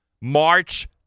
March